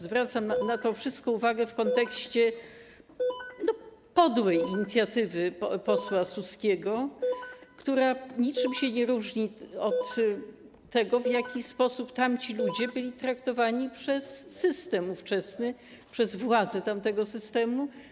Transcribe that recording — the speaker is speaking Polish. Zwracam na to wszystko uwagę w kontekście podłej inicjatywy posła Suskiego, która niczym nie różni się od tego, w jaki sposób tamci ludzie byli traktowani przez system ówczesny, przez władze tamtego systemu.